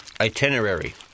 itinerary